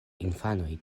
infanoj